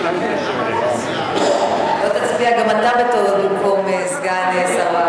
שלא תצביע גם אתה בטעות במקום סגן שר,